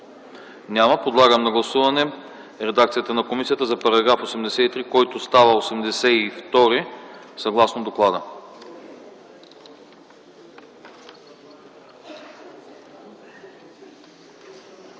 няма. Подлагам на гласуване редакцията на комисията за § 83, който става § 82, съгласно доклада.